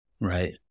Right